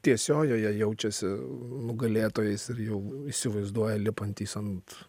tiesiojoje jaučiasi nugalėtojais ir jau įsivaizduoja lipantys ant